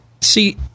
See